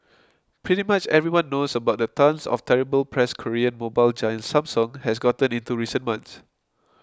pretty much everyone knows about the tonnes of terrible press Korean mobile giant Samsung has gotten in recent months